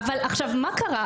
אבל מה קרה?